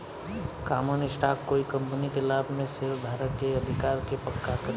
common stock कोइ company के लाभ में शेयरधारक के अधिकार के पक्का करेला